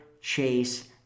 chase